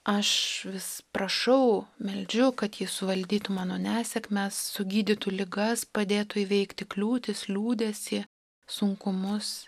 aš vis prašau meldžiu kad jis suvaldytų mano nesėkmes sugydytų ligas padėtų įveikti kliūtis liūdesį sunkumus